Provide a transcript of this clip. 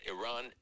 Iran